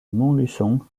montluçon